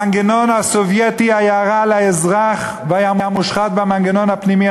המנגנון הסובייטי היה רע לאזרח והיה מושחת במנגנון הפנימי,